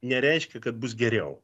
nereiškia kad bus geriau